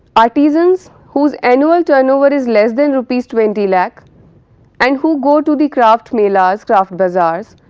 artisans whose annual turnover is less than rupees twenty lac and who go to the craft melas, craft bazaars,